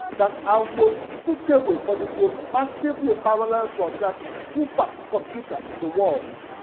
that are most suitable for the most massively parallel processing supercomputer in the world.